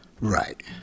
right